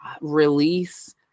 release